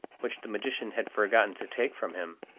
which the magician had forgotten to take from him.